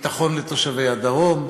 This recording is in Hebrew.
ביטחון לתושבי הדרום,